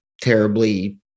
terribly